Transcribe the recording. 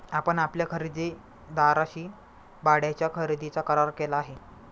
आपण आपल्या खरेदीदाराशी भाड्याच्या खरेदीचा करार केला आहे का?